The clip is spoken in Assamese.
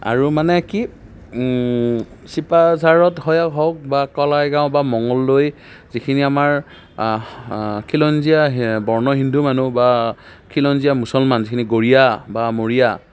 আৰু মানে কি চিপাঝাৰত হয় হওক বা কলাইগাঁও মঙলদৈ এইখিনি আমাৰ খিলঞ্জীয়া বৰ্ণ হিন্দু মানুহ বা খিলঞ্জীয়া মুছলমান যিখিনি গৰীয়া বা মৰীয়া